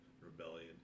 rebellion